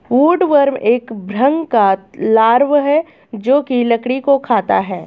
woodworm एक भृंग का लार्वा है जो की लकड़ी को खाता है